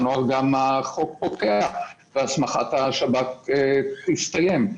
מה גם שבינואר החוק פוקע והסמכת השב"כ תסתיים.